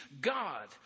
God